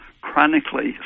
chronically